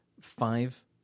five